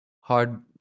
hard